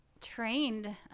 trained